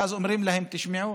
ואז אומרים להם: תשמעו,